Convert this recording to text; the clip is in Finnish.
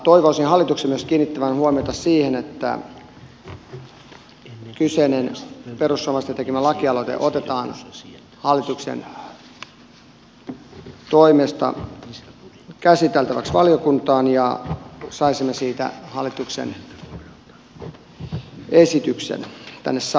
toivoisin hallituksen myös kiinnittävän huomiota siihen että kyseinen perussuomalaisten tekemä lakialoite otetaan hallituksen toimesta käsiteltäväksi valiokuntaan ja saisimme siitä hallituksen esityksen kanssa